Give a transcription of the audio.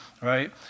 right